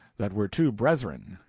that were two brethren,